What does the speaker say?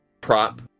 prop